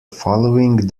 following